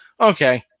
Okay